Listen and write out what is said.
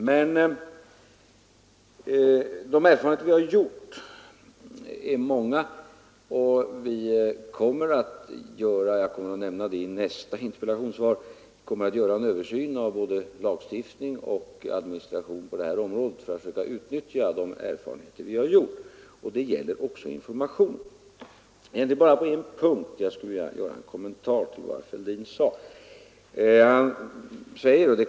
Men de erfarenheter vi gjort är många och vi avser — jag kommer att redovisa det i nästa interpellationssvar — att göra en översyn av både lagstiftning och administration på detta område för att försöka utnyttja de erfarenheter vi har gjort, och det gäller också informationen. Det är bara på en punkt som jag skulle vilja göra en kommentar till vad herr Fälldin sade.